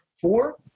Four